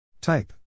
Type